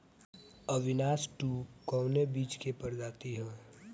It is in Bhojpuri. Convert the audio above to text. अविनाश टू कवने बीज क प्रजाति ह?